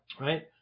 Right